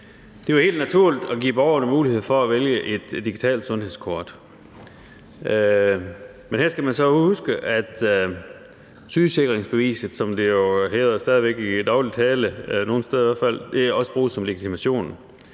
Det er helt naturligt at give borgerne mulighed for at vælge et digitalt sundhedskort, men her skal man så huske, at sygesikringsbeviset, som det jo stadig væk hedder i daglig tale – i hvert fald nogle steder